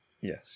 Yes